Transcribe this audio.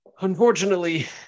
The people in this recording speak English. unfortunately